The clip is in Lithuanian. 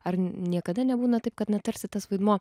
ar niekada nebūna taip kad na tarsi tas vaidmuo